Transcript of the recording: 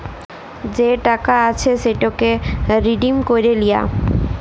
যে টাকা আছে সেটকে রিডিম ক্যইরে লিয়া